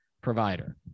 provider